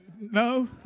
no